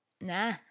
nah